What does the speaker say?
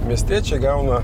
miestiečiai gauna